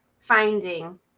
finding